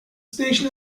station